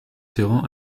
terrain